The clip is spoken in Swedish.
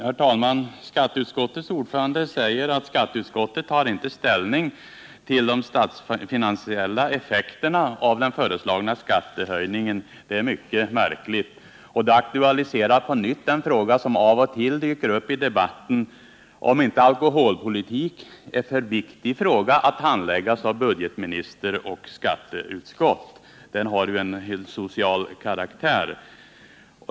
Herr talman! Skatteutskottets ordförande säger att skatteutskottet tar inte ställning till de statsfinansiella effekterna av den föreslagna skattehöjningen. Det är mycket märkligt. Och det aktualiserar på nytt den fråga som av och till dyker upp i debatten, nämligen om inte alkoholpolitiken är en för viktig fråga för att handläggas av budgetminister och skatteutskott — den har ju en helt social karaktär.